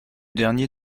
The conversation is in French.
dernier